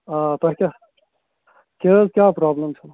آ تۄہہِ کیٛاہ کیٛاہ حظ کیٛاہ پرابلم چھِو